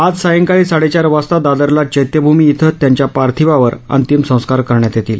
आज सायंकाळी साडेचार वाजता दादरला चैत्यभूमी ब्रिं त्यांच्या पार्थिवावर अंतिम संस्कार करण्यात येतील